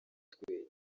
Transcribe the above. twe